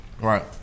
Right